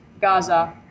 Gaza